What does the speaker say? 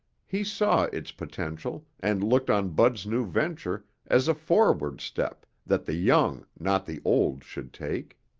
he saw its potential and looked on bud's new venture as a forward step that the young, not the old, should take.